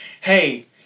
hey